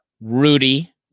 Rudy